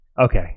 Okay